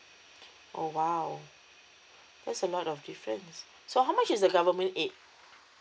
oh !wow! there's a lot of difference so how much is the government aid